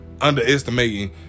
underestimating